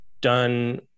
done